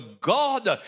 God